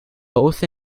both